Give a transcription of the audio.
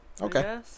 Okay